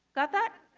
got that?